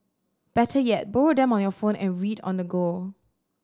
better yet borrow them on your phone and read on the go